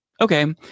Okay